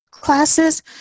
classes